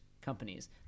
companies